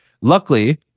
Luckily